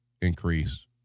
increase